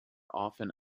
often